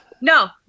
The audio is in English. no